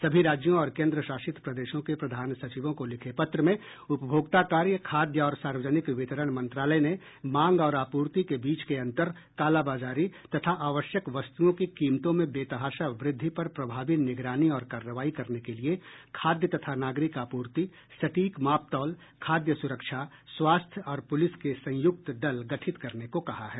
सभी राज्यों और केंद्र शासित प्रदेशों के प्रधान सचिवों को लिखे पत्र में उपभोक्ता कार्य खाद्य और सार्वजनिक वितरण मंत्रालय ने मांग और आपूर्ति के बीच के अंतर कालाबाजारी तथा आवश्यक वस्तुओं की कीमतों में बेतहाशा वृद्धि पर प्रभावी निगरानी और करवाई करने के लिए खाद्य तथा नागरिक आपूर्ति सटीक मापतौल खाद्य सुरक्षा स्वास्थ्य और पुलिस के संयुक्त दल गठित करने को कहा है